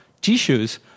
tissues